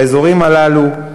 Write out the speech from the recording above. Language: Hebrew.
באזורים הללו,